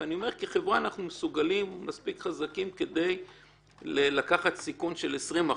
וכחברה אנחנו מסוגלים ומספיק חזקים כדי לקחת סיכון של 20%,